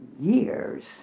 years